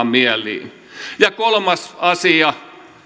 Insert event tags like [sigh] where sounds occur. [unintelligible] mieliin ja kolmas asia